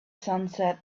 sunset